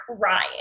crying